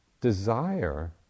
desire